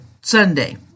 Sunday